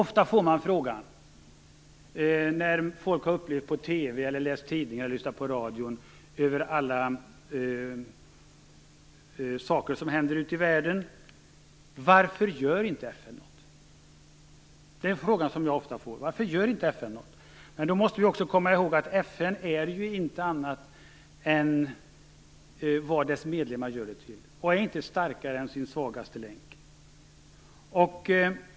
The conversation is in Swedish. Ofta får man en fråga av folk som har sett på TV, läst i tidningar eller hört på radio om saker som händer ute i världen: Varför gör inte FN något? Det är den fråga jag ofta får: Varför gör inte FN något? Då måste vi komma i håg att FN inte är något annat än vad dess medlemmar gör det till. FN är inte starkare än sin svagaste länk.